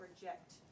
reject